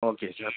okay sir